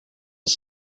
was